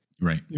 Right